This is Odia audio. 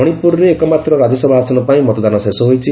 ମଣିପୁରରେ ଏକମାତ୍ର ରାଜ୍ୟସଭା ଆସନ ପାଇଁ ମତଦାନ ଶେଷ ହୋଇଛି